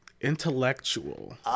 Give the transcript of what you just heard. Intellectual